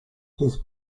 his